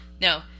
No